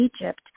Egypt